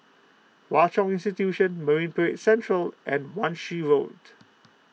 Hwa Chong Institution Marine Parade Central and Wan Shih Road